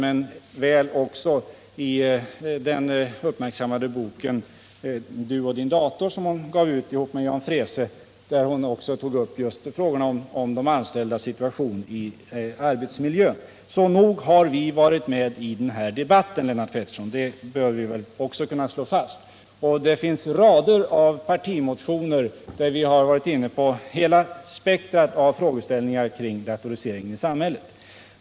Det kan i detta sammanhang vara värt att erinra om den uppmärksammade boken Du och din dator, som hon gav ut tillsammans med Jan Freese. Nog har folkpartiet varit med i denna debatt, Lennart Pettersson. Det bör vi väl också kunna slå fast. Det finns en rad partimotioner, där vi har varit inne på hela spektret av frågeställningar kring datoriseringen i samhället.